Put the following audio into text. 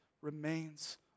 remains